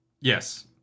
Yes